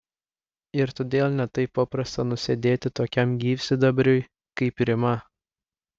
ir todėl ne taip paprasta nusėdėti tokiam gyvsidabriui kaip rima